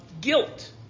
guilt